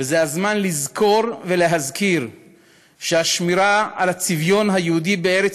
וזה הזמן לזכור ולהזכיר שהשמירה על הצביון היהודי בארץ